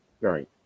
Right